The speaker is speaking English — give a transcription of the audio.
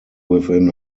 within